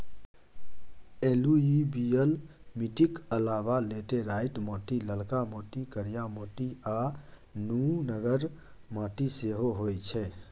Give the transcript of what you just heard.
एलुयुबियल मीटिक अलाबा लेटेराइट माटि, ललका माटि, करिया माटि आ नुनगर माटि सेहो होइ छै